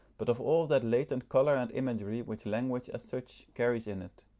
but of all that latent colour and imagery which language as such carries in it.